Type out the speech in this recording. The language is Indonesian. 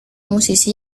musisi